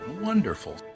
Wonderful